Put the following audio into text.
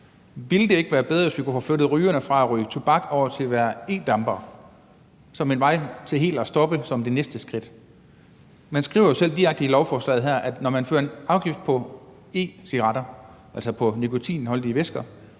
Ville det ikke være bedre, hvis vi kunne få flyttet rygerne fra at ryge tobak over til at være e-dampere som en vej til helt at stoppe som det næste skridt? Man skriver jo selv direkte i lovforslaget her, at når man lægger en afgift på e-cigaretter, altså på nikotinholdige væsker,